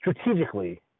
strategically